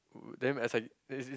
them as I then is